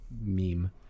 meme